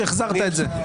ואני שמח שהתאפסת על זה.